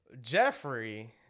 Jeffrey